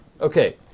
Okay